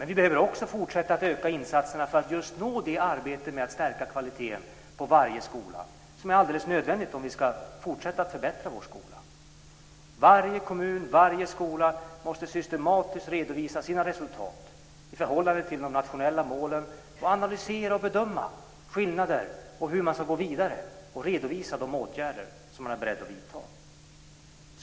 Men vi behöver också fortsätta att öka insatserna för att genomföra det arbete med att stärka kvaliteten på varje skola som är alldeles nödvändigt om vi ska fortsätta att förbättra vår skola. Varje kommun och varje skola måste systematiskt redovisa sina resultat i förhållande till de nationella målen, analysera och bedöma skillnader och hur man ska gå vidare samt redovisa de åtgärder som man är beredd att vidta.